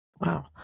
Wow